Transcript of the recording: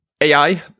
AI